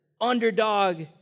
underdog